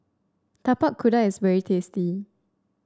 Tapak Kuda is very tasty